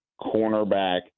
cornerback